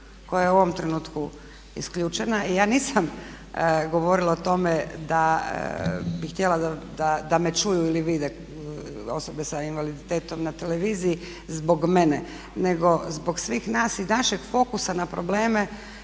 koja je u ovom trenutku isključena. I ja nisam govorila o tome da bih htjela da me čuju ili vide osobe sa invaliditetom na televiziji zbog mene nego zbog svih nas i našeg fokusa na probleme